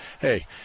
Hey